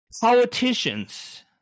politicians